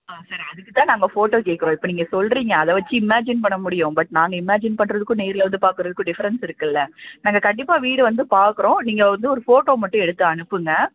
ஆ sir அதுக்குத்தான் நாங்கள் photo கேட்குறோம் இப்போ நீங்கள் சொல்கிறீங்க அதை வச்சு இமேஜின் பண்ணமுடியும் பட் நாங்கள் இமேஜின் பண்ணுறதுக்கும் நேரில் வந்து பார்க்குறதுக்கும் டிஃப்ரென்ஸ் இருக்குதுல்ல நாங்கள் கண்டிப்பாக வீடு வந்து பார்க்குறோம் நீங்கள் வந்து ஒரு ஃபோட்டோ மட்டும் எடுத்து அனுப்புங்கள்